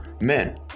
men